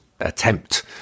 attempt